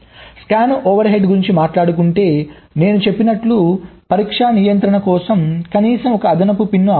scan overheads గురించి మాట్లాడుకుంటే నేను చెప్పినట్లు పరీక్ష నియంత్రణ కోసం కనీసం ఒక అదనపు పిన్ అవసరం